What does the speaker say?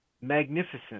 magnificent